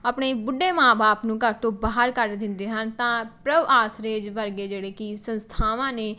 ਆਪਣੇ ਬੁੱਢੇ ਮਾਂ ਬਾਪ ਨੂੰ ਘਰ ਤੋਂ ਬਾਹਰ ਕੱਢ ਦਿੰਦੇ ਹਨ ਤਾਂ ਪ੍ਰਭ ਆਸਰੇ ਵਰਗੇ ਜਿਹੜੇ ਕਿ ਸੰਸਥਾਵਾਂ ਨੇ